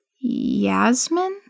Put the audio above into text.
Yasmin